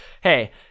hey